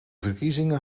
verkiezingen